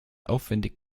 aufwändig